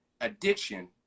addiction